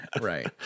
Right